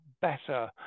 better